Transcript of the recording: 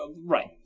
Right